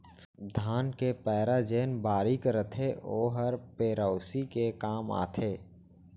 धान के पैरा जेन बारीक रथे ओहर पेरौसी के काम आथे